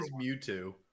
Mewtwo